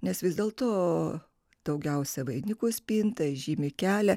nes vis dėl to daugiausiai vainikus pinta žymi kelią